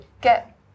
get